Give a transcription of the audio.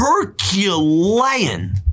Herculean